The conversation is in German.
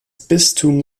bistum